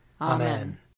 Amen